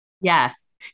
Yes